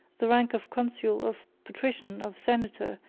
the rank of consul, of patrician, of senator,